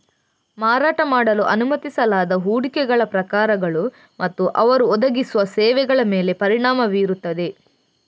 ಮಾರಾಟ ಮಾಡಲು ಅನುಮತಿಸಲಾದ ಹೂಡಿಕೆಗಳ ಪ್ರಕಾರಗಳು ಮತ್ತು ಅವರು ಒದಗಿಸುವ ಸೇವೆಗಳ ಮೇಲೆ ಪರಿಣಾಮ ಬೀರುತ್ತದೆ